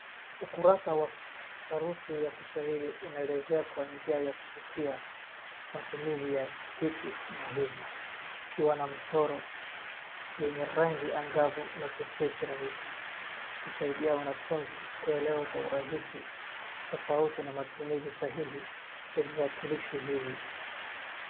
Ukurasa wa sarufi ya Kiswahili unaelezea kwa njia ya kuvutia matumizi ya hiki na hivi, ukiwa na mchoro yenye rangi angavu na sentensi rahisi, ukisaidia wanafunzi kuelewa kwa urahisi tofauti na matumizi sahihi ya viwakilishi hivi.